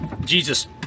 Jesus